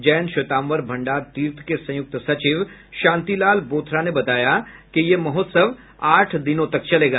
जैन श्वेताम्बर भंडार तीर्थ के संयुक्त सचिव शांतिलाल बोथरा ने बताया कि यह महोत्सव आठ दिनों तक चलेगा